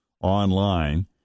online